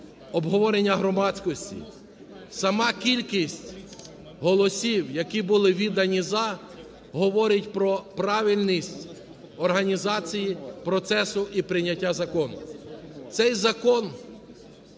обговорення громадськості. Сама кількість голосів, які були віддані "за", говорить про правильність організації процесу і прийняття закону. Цей закон